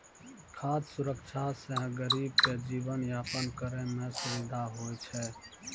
खाद सुरक्षा से गरीब के जीवन यापन करै मे सुविधा होय छै